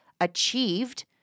achieved